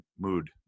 mood